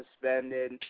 suspended